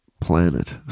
planet